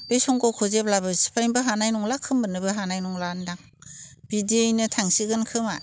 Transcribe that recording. बे संग'खौ जेब्लायबो सिफायनोबो हानाय नंला खोमोरनोबो हानाय नंलान्दां बिदियैनो थांसिगोन खोमा